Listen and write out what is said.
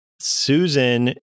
Susan